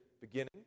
beginning